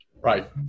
Right